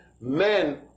men